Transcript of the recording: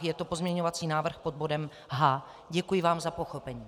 Je to pozměňovací návrh pod bodem H. Děkuji vám za pochopení.